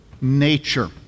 nature